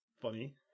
funny